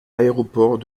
aéroport